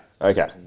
Okay